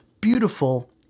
beautiful